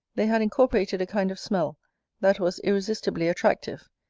they had incorporated a kind of smell that was irresistibly attractive,